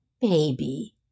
Baby